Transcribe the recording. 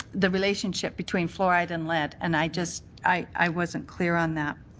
the relationship between fluoride and lead and i just i wasn't clear on that.